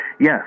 Yes